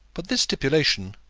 but this stipulation,